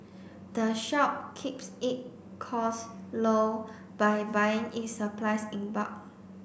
the shop keeps it cost low by buying its supplies in bulk